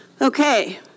Okay